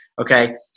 Okay